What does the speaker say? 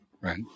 right